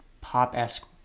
pop-esque